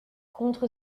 contre